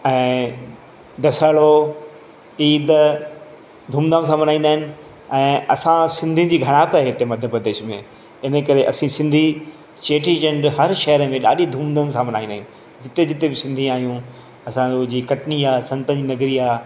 ऐं दशहरो ईद धूम धाम सां मनाईंदा आहिनि ऐं असां सिंधी जी ग्राहक आहे हिते मध्य प्रदेश में इन जे करे असीं सिंधी चेटी चंड हर शहर में ॾाढी धूम धाम सां मनाईंदा आहिनि हिते जिते बि सिंधी आहियूं असां रोज़ु कटनी जा संतनि जी नगरी आहे